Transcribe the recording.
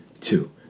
two